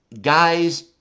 guys